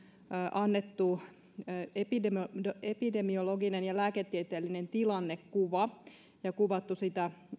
annettu epidemiologinen ja lääketieteellinen tilannekuva ja kuvattu sitä